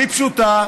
היא פשוטה,